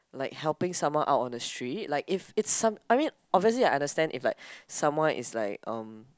like helping someone out on the street like if it's some~ I mean obviously I understand if like someone is like um